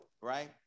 right